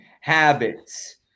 habits